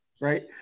right